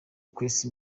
kwesa